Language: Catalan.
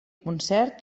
concert